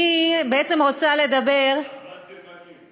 אני בעצם רוצה לדבר, אחוות תימנים.